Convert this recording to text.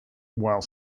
while